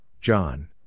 John